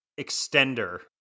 extender